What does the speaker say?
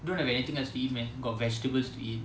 you don't have anything else to eat meh got vegetables to eat